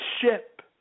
ship